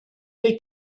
they